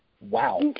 Wow